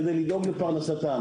כדי לדאוג לפרנסתם.